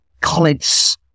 College